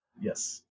Yes